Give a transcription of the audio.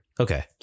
Okay